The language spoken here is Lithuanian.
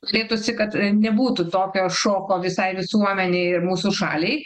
skaitosi kad nebūtų tokio šoko visai visuomenei ir mūsų šaliai